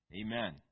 Amen